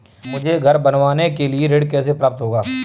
मुझे घर बनवाने के लिए ऋण कैसे प्राप्त होगा?